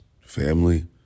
family